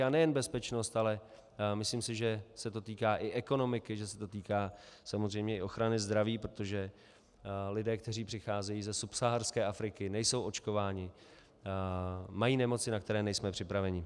A nejen bezpečnost, ale myslím, že se to týká i ekonomiky, že se to týká samozřejmě i ochrany zdraví, protože lidé, kteří přicházejí ze subsaharské Afriky, nejsou očkovaní, mají nemoci, na které nejsme připraveni.